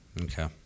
okay